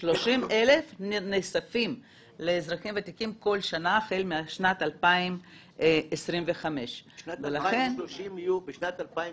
30,000 נוספים לאזרחים הוותיקים כל שנה החל משנת 2025. בשנת 2030